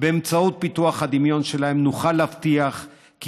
באמצעות פיתוח הדמיון שלהם נוכל להבטיח כי